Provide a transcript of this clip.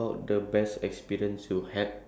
ya I'm left with one